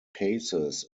cases